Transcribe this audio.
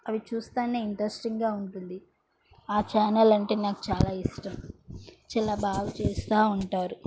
అవి చూస్తానే ఇంట్రెస్టింగ్గా ఉంటుంది ఆ ఛానల్ అంటే నాకు చాలా ఇష్టం చాలా బాగా చేస్తా ఉంటారు